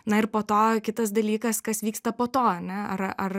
na ir po to kitas dalykas kas vyksta po to ane ar ar